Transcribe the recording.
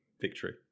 victory